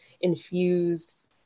infuse